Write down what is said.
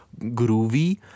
groovy